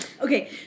Okay